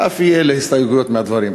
על אף אי-אלה הסתייגויות מהדברים.